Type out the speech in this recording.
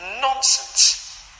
nonsense